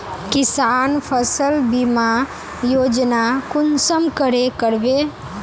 किसान फसल बीमा योजना कुंसम करे करबे?